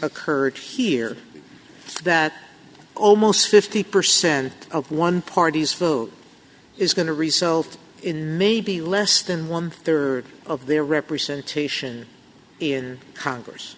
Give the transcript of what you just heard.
occurred here that almost fifty percent of one party's vote is going to result in maybe less than one third of their representation in congress